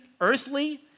earthly